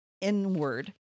inward